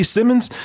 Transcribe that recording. Simmons